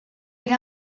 era